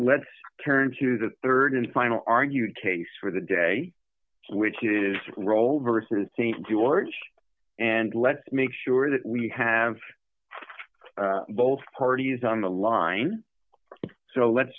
let's turn to the rd and final argued case for the day which is roll versus st george and let's make sure that we have both parties on the line so let's